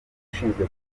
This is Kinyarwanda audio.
ushinzwe